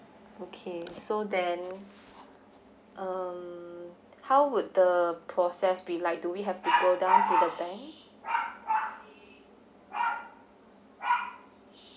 okay so then um how would the process be like do we have to go down to the bank